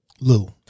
Lou